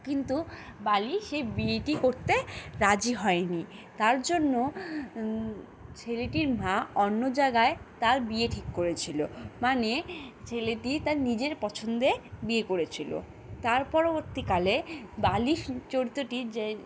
কিন্তু বালি সেই বিয়েটি করতে রাজি হয় নি তার জন্য ছেলেটির মা অন্য জায়গায় তার বিয়ে ঠিক করেছিলো মানে ছেলেটি তার নিজের পছন্দে বিয়ে করেছিলো তার পরবর্তীকালে বালি চরিত্রটি যে